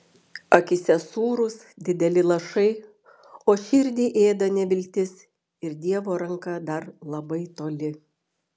akyse sūrūs dideli lašai o širdį ėda neviltis ir dievo ranka dar labai toli